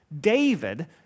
David